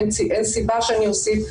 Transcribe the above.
אין סיבה שאני אוסיף,